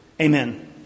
Amen